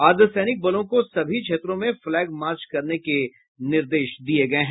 अर्द्वसैनिक बलों को सभी क्षेत्रों में फ्लैग मार्च करने के निर्देश दिये गये हैं